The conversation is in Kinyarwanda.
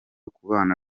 kubana